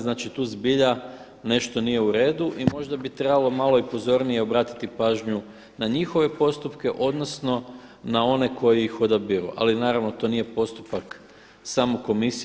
Znači, tu zbilja nešto nije u redu i možda bi trebalo malo i pozornije obratiti pažnju na njihove postupke, odnosno na one koji ih odabiru, ali naravno, to nije postupak samo komisije.